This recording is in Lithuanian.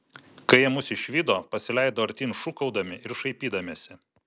kai jie mus išvydo pasileido artyn šūkaudami ir šaipydamiesi